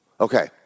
okay